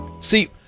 See